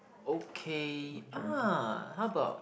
okay ah how about